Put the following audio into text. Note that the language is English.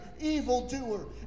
evildoer